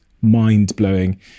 mind-blowing